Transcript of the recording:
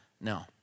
No